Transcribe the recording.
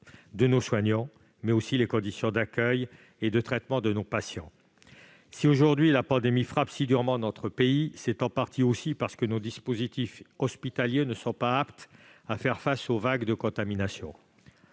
de nos soignants, mais aussi les conditions d'accueil et de traitement des patients. Si, aujourd'hui, la pandémie frappe aussi durement notre pays, c'est en partie aussi parce que nos dispositifs hospitaliers ne sont pas aptes à faire face aux vagues de contamination.